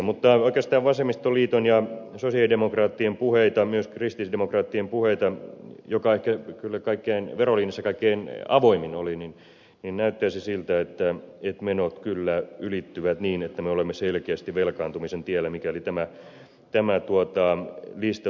mutta oikeastaan vasemmistoliiton ja sosialidemokraattien puheista myös kristillisdemokraattien puheesta joka kyllä verolinjassa kaikkein avoimin oli päätellen näyttäisi siltä että menot kyllä ylittyvät niin että me olemme selkeästi velkaantumisen tiellä mikäli tämä lista toteutettaisiin